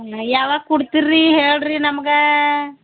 ಯಾವಾಗ ಕೊಡ್ತೀರಿ ರೀ ಹೇಳಿರಿ ನಮಗೆ